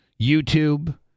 YouTube